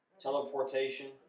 teleportation